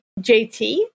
JT